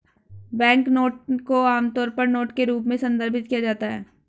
banknote को आमतौर पर नोट के रूप में संदर्भित किया जाता है